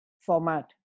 format